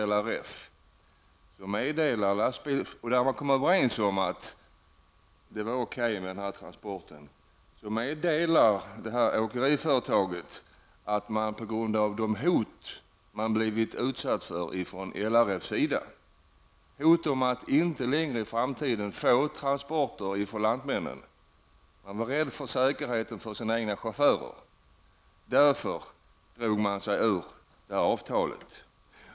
LRF, där man kom överens om att det var okej med denna transport, meddelade åkeriföretaget att man på grund av de hot man blivit utsatt för från LRF om att man i framtiden inte skulle få transporter från lantmännen -- man var också rädd för sina chaufförers säkerhet -- drog sig ur detta avtal.